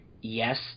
Yes